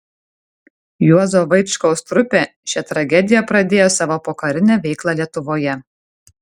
juozo vaičkaus trupė šia tragedija pradėjo savo pokarinę veiklą lietuvoje